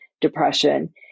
depression